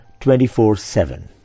24-7